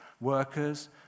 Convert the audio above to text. workers